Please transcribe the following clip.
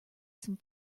some